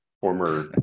former